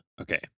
Okay